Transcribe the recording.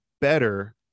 better